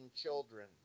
children